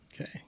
Okay